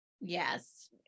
yes